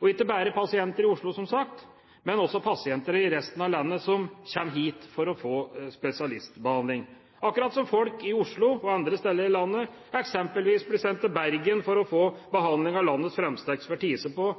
Og det gjelder ikke bare pasienter i Oslo, som sagt, men også pasienter i resten av landet som kommer hit for å få spesialistbehandling – akkurat som folk i Oslo og andre steder i landet eksempelvis blir sendt til Bergen for å få behandling av landets fremste ekspertise på